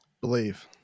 Believe